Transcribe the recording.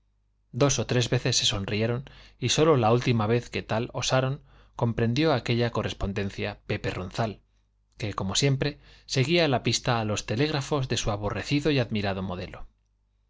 dos o tres veces se sonrieron y sólo la última vez que tal osaron sorprendió aquella correspondencia pepe ronzal que como siempre seguía la pista a los telégrafos de su aborrecido y admirado modelo